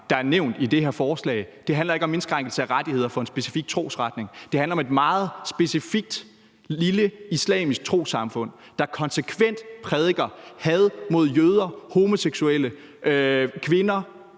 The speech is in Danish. der er nævnt i det her forslag. Det handler ikke om indskrænkelse af rettigheder for en specifik trosretning; det handler om et meget specifikt, lille trossamfund, nemlig Islamisk Trossamfund, der meget konsekvent prædiker had mod jøder, homoseksuelle, kvinder